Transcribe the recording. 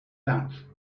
that